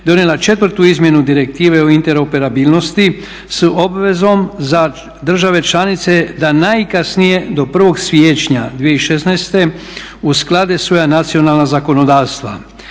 donijela četvrtu izmjenu direktive o interoperabilnosti s obvezom za države članice da najkasnije do 1.siječnja 2016.usklade svoja nacionalna zakonodavstva.